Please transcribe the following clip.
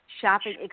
shopping